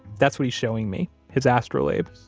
that's what he's showing me, his astrolabe,